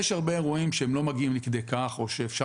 יש הרבה אירועים שלא מגיעים לכדי כך או שאפשר